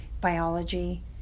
biology